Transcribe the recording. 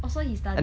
oh so he study